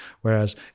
Whereas